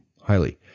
highly